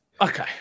Okay